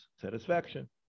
satisfaction